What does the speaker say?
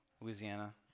Louisiana